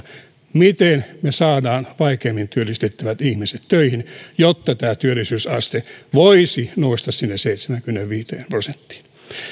miten me saamme vaikeimmin työllistettävät ihmiset töihin jotta työllisyysaste voisi nousta sinne seitsemäänkymmeneenviiteen prosenttiin